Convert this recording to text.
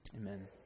Amen